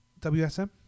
WSM